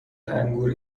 انگور